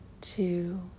two